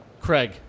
Craig